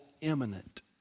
imminent